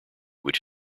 which